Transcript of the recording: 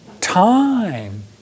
time